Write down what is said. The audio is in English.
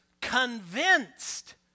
convinced